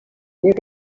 you